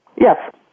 Yes